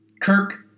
Kirk